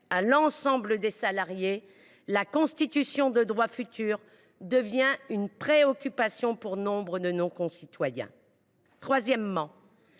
à l’ensemble des salariés, la constitution de droits futurs devient pourtant une préoccupation pour nombre de nos concitoyens. Troisièmement,